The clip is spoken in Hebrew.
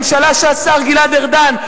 ממשלה שהשר גלעד ארדן,